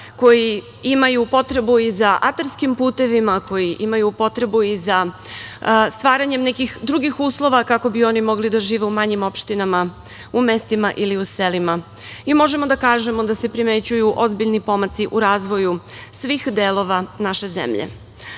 koji imaju potrebu za atarskim putevima i za potrebu stvaranja nekih drugih uslova kako bi oni mogli da žive u manjim opštinama, u mestima ili selima. Mi možemo da kažemo da se primećuju ozbiljni pomaci u razvoju svih delova naše zemlje.